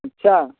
अच्छा